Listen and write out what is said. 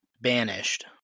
banished